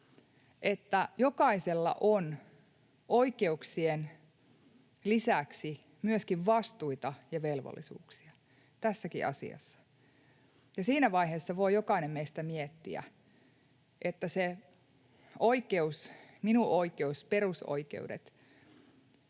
että jokaisella on oikeuksien lisäksi myöskin vastuita ja velvollisuuksia, tässäkin asiassa. Siinä vaiheessa voi jokainen meistä miettiä sitä minun oikeuttani, perusoikeuksiani,